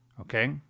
okay